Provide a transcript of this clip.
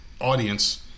audience